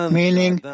meaning